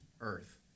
earth